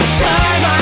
time